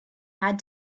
had